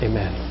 Amen